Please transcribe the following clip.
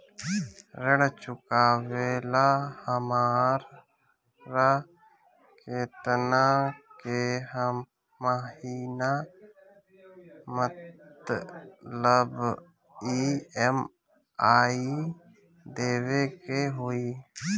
ऋण चुकावेला हमरा केतना के महीना मतलब ई.एम.आई देवे के होई?